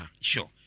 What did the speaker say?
sure